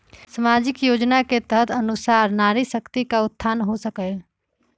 सामाजिक योजना के तहत के अनुशार नारी शकति का उत्थान हो सकील?